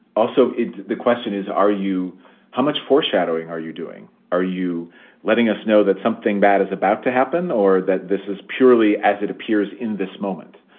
also, the question is, are you how much foreshadowing are you doing? are you letting us know that something bad is about to happen or that this is purely as it appears in this moment?